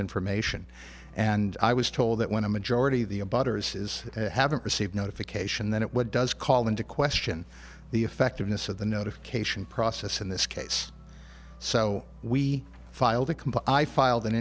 information and i was told that when a majority of the above hers is haven't received notification then it would does call into question the effectiveness of the notification process in this case so we filed a